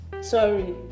Sorry